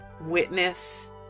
witness